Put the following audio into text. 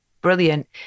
brilliant